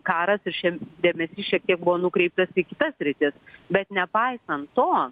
karas ir šiam dėmesys šiek tiek buvo nukreiptas į kitas sritis bet nepaisant to